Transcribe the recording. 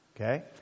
Okay